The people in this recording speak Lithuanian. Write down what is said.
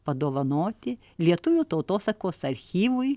padovanoti lietuvių tautosakos archyvui